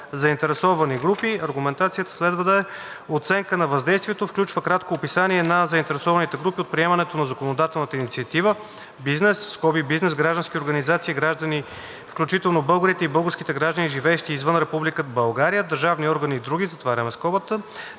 Заинтересовани групи. Примерна аргументация. Оценката на въздействието включва кратко описание на заинтересованите групи от приемането на законодателната инициатива (бизнес, граждански организации, граждани, включително българите и българските граждани, живеещи извън Република България, държавни органи, други), степента,